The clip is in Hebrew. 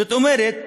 זאת אומרת,